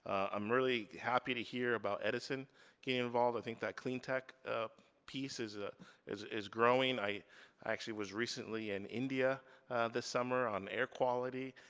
i'm really happy to hear about edison getting involved. i think that clean tech piece is ah is growing. i actually was recently in india this summer on air quality.